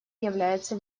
является